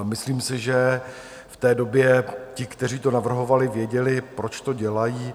Myslím si, že v té době ti, kteří to navrhovali, věděli, proč to dělají.